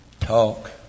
Talk